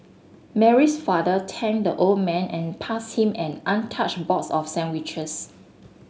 Mary's father thanked the old man and passed him an untouched box of sandwiches